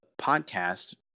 podcast